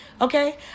Okay